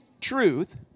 truth